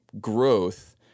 growth